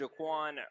Jaquan